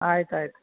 ಆಯ್ತು ಆಯ್ತು